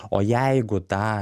o jeigu tą